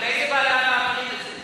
באיזו ועדה מעבירים את זה?